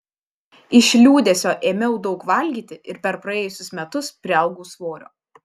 iš liūdesio ėmiau daug valgyti ir per praėjusius metus priaugau svorio